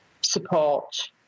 support